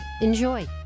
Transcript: Enjoy